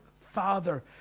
Father